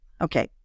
okay